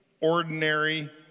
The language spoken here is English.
ordinary